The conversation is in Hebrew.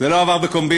זה לא עבר בקומבינה,